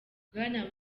bwana